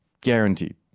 Guaranteed